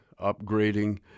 upgrading